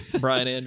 Brian